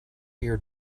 ear